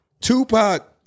Tupac